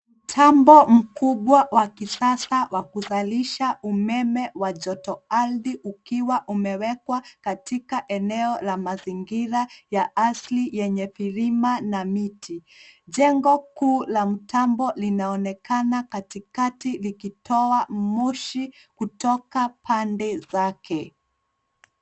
Mtambo mkubwa wa kisasa wa kuzalisha umeme wa jotoardhi ukiwa umewekwa katika eneo la mazingira ya asili yenye vilima na miti. Jengo kuu la mtambo linaonekana katikati likitoa moshi kutoka pande zake.